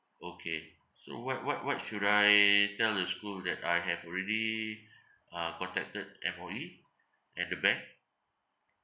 okay so what what what should I tell the school that I have already uh contacted M_O_E and the bank